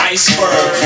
Iceberg